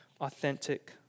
authentic